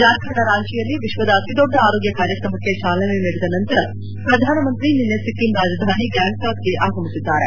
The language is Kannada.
ಜಾರ್ಖಂಡ್ ನ ರಾಂಚಿಯಲ್ಲಿ ವಿಶ್ವದ ಅತಿದೊಡ್ಡ ಆರೋಗ್ಯ ಕಾರ್ಯಕ್ರಮಕ್ಕೆ ಚಾಲನೆ ನೀಡಿದ ನಂತರ ಶ್ರಧಾನ ಮಂತ್ರಿ ನಿನ್ನೆ ಸಿಕ್ಕಿಂ ರಾಜಧಾನಿ ಗ್ಯಾಂಗ್ಟಕ್ಗೆ ಆಗಮಿಸಿದ್ದಾರೆ